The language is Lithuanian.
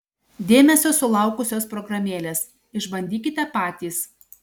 dėmesio sulaukusios programėlės išbandykite patys